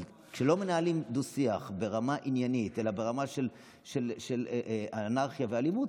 אבל כשלא מנהלים דו-שיח ברמה עניינית אלא ברמה של אנרכיה ואלימות,